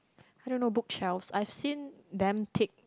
I don't know book shelves I've seen them take